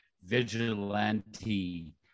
vigilante